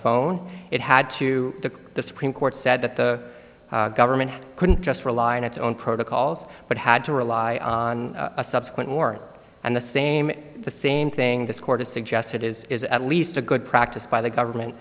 phone it had to the supreme court said that the government couldn't just rely on its own protocols but had to rely on a subsequent warrant and the same the same thing this court has suggested is at least a good practice by the government